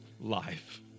life